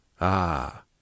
Ah